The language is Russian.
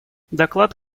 доклад